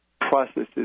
processes